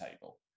table